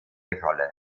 rolle